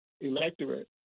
electorate